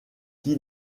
qui